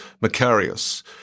Macarius